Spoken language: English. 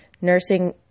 Nursing